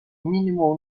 mínimo